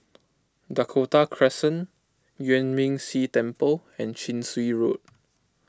Dakota Crescent Yuan Ming Si Temple and Chin Swee Road